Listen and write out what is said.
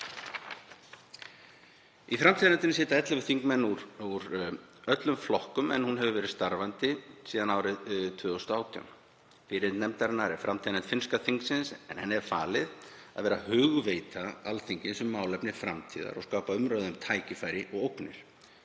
Í framtíðarnefndinni sitja ellefu þingmenn úr öllum flokkum, en hún hefur verið starfandi síðan árið 2018. Fyrirmynd nefndarinnar er framtíðarnefnd finnska þingsins, en henni er falið að vera hugveita þingsins um málefni framtíðar og skapa umræðu um tækifæri og ógnanir.